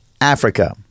Africa